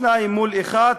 שניים מול אחד,